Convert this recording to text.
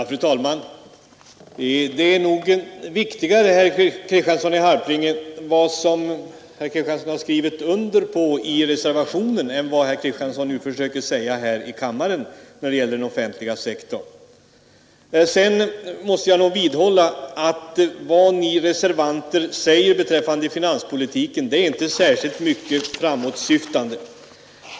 Fru talman! Vad herr Kristiansson i Harplinge skrivit under i reservationen när det gäller den offentliga sektorn är viktigare än vad herr Kristiansson nu försöker säga här i kammaren. Jag vidhåller att vad ni reservanter säger beträffande finanspolitiken inte är särskilt framåtsyftande.